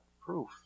proof